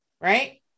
right